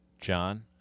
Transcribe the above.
John